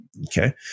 Okay